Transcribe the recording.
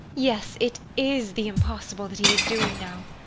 yes, it is the impossible that he is doing now!